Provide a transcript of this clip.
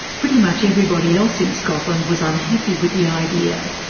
pretty much everybody else in scotland was unhappy with the idea.